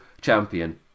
champion